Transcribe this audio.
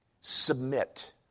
submit